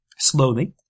Slowly